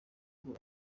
ngo